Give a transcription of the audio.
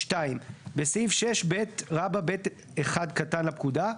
תיקון סעיף 6ב 2. בסעיף 6ב(ב)(1) לפקודה,